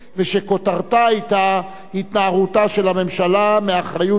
היתה: התנערותה של הממשלה מאחריות כלפי אזרחיה.